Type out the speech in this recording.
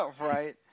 right